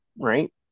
right